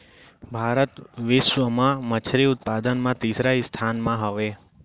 भारत बिश्व मा मच्छरी उत्पादन मा तीसरा स्थान मा हवे